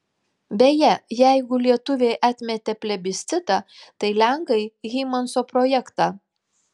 beje jeigu lietuviai atmetė plebiscitą tai lenkai hymanso projektą